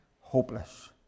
hopeless